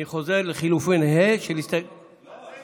אני חוזר: לחלופין ה' של הסתייגות,